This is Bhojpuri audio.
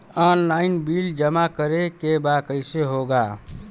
ऑनलाइन बिल जमा करे के बा कईसे होगा?